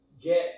get